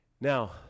Now